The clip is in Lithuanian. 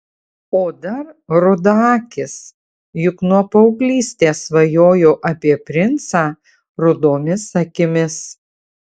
o dar rudaakis juk nuo paauglystės svajojau apie princą rudomis akims